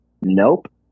nope